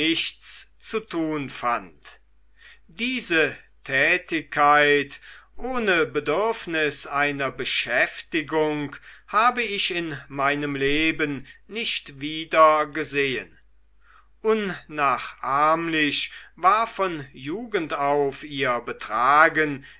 zu tun fand diese tätigkeit ohne bedürfnis einer beschäftigung habe ich in meinem leben nicht wieder gesehen unnachahmlich war von jugend auf ihr betragen